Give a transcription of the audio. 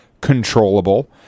controllable